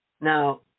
Now